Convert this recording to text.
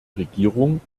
regierung